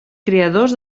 creadors